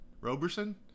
Roberson